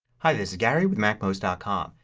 hi this is gary with macmost ah com.